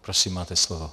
Prosím, máte slovo.